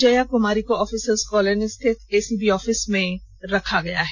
जया कुमारी को officers colony स्थित ACB office में रखा गया है